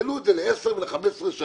העלו את זה ל-10 ול-15 שנים.